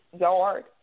yard